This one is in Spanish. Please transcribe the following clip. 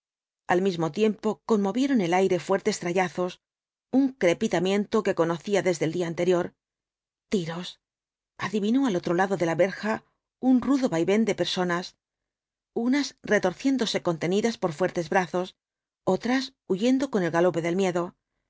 al mismo tiempo conmovieron el aire fuertes trallazos un crepitamiento que conocía desde el día anterior tiros adivinó al otro lado de la verja un rudo vaivén de personas unas retorciéndose contenidas por los cuatro jinetes dkl apocalipsis fuertes brazos otras huyendo con el galope del miedo